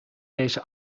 deze